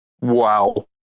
Wow